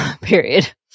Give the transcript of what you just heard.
period